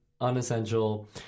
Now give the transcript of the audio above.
unessential